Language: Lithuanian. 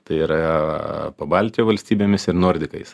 tai yra pabaltijo valstybėmis ir nordikais